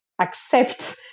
accept